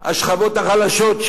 השכבות החלשות,